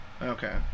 Okay